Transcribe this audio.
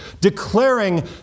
declaring